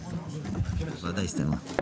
הישיבה הסתיימה.